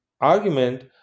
argument